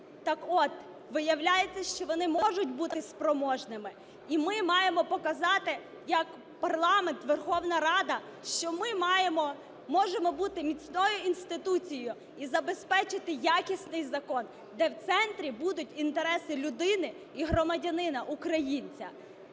Так от виявляється, що вони можуть бути спроможними. І ми маємо показати, як парламент, Верховна Рада, що ми маємо, можемо бути міцною інституцією і забезпечити якісний закон, де в центрі будуть інтереси людини і громадянина – українця.